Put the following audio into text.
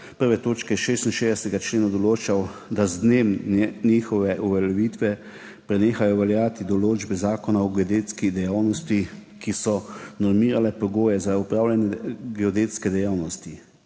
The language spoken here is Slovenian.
1. točke 66. člena določal, da z dnem njihove uveljavitve prenehajo veljati določbe Zakona o geodetski dejavnosti, ki so normirale pogoje za opravljanje geodetske dejavnosti.